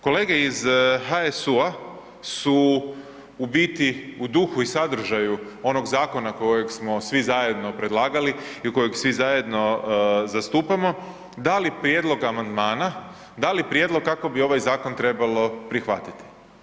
Kolege iz HSU-a su u biti u duhu i sadržaju onog zakona kojeg smo svi zajedno predlagali i kojeg svi zajedno zastupamo, da li prijedlog amandmana, da li prijedlog kako bi ovaj zakon trebalo prihvatiti.